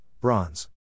bronze